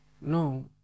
No